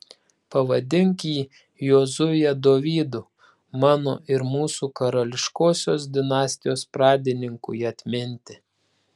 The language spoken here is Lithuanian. pavadink jį jozue dovydu mano ir mūsų karališkosios dinastijos pradininkui atminti